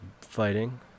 fighting